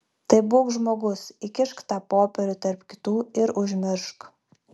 tai būk žmogus įkišk tą popierių tarp kitų ir užmiršk